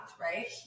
right